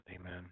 Amen